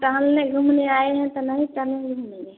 टहलने घूमने आए हैं तो नहीं टहलेंगे घूमेंगे